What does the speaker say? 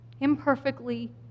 Imperfectly